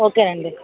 ఓకేనండి